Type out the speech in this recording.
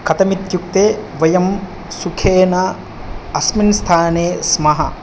कथम् इत्युक्ते वयं सुखेन अस्मिन् स्थाने स्मः